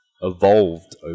evolved